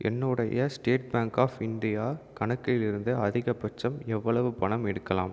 என்னுடைய State Bank of India கணக்கிலிருந்து அதிகபட்சம் எவ்வளவு பணம் எடுக்கலாம்